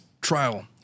trial